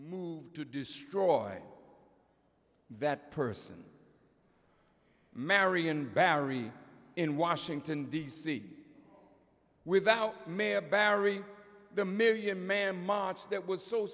moved to destroy that person marion barry in washington d c without mayor barry the million man march that was so